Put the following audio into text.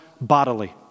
bodily